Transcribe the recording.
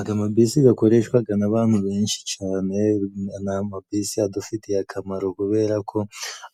Aga mabisi gakoreshwaga n'abantu benshi cyane, ni amabisi adufitiye akamaro. kubera ko